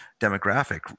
demographic